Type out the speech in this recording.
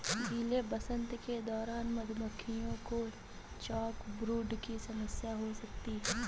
गीले वसंत के दौरान मधुमक्खियों को चॉकब्रूड की समस्या हो सकती है